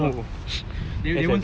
but know who lah you know who lah